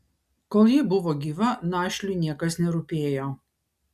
kol ji buvo gyva našliui niekas nerūpėjo